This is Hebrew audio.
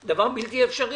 זה דבר בלתי אפשרי.